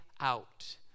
out